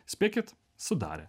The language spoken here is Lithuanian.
spėkit sudarė